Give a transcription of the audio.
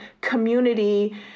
community